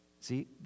See